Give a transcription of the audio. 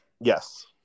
Yes